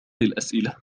الأسئلة